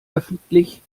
öffentlich